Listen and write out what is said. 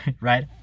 right